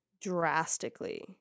drastically